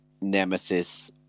Nemesis